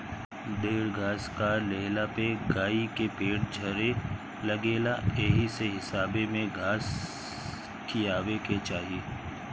ढेर घास खा लेहला पे गाई के पेट झरे लागेला एही से हिसाबे में घास खियावे के चाही